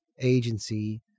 agency